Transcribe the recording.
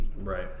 right